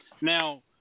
Now